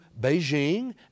Beijing